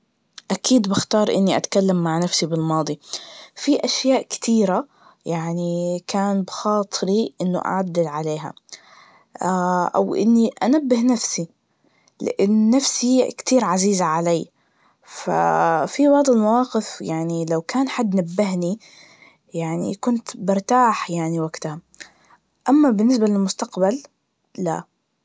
أكيد بختار إني أتكللم مع نفسي بالماضي, في أشياء كتيرة يعني كان بخاطري إنه أعدل عليها, أو إني أنبه نفسي, لأن نفسي كتير عزيزة علي, ف في بعض المواقف يعني لو كان حد نبهني, يعني كنت برتاح يعني وقتها, أما بالنسبة للمستقبل, لا.